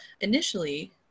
Initially